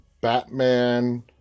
Batman